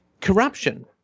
corruption